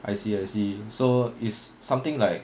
I see I see so it's something like